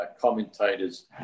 commentators